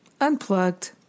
unplugged